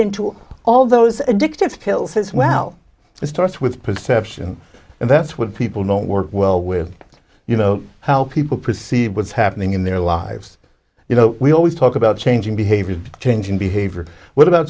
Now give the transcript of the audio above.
into all those addictive pills as well it starts with perception and that's what people don't work well with you know how people perceive what's happening in their lives you know we always talk about changing behavior changing behavior what about